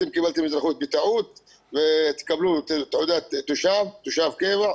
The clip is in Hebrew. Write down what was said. אתם קיבלתם אזרחות בטעות ותקבלו תעודת תושב קבע,